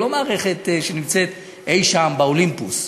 היא לא נמצאת אי-שם באולימפוס.